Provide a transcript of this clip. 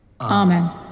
Amen